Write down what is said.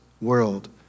world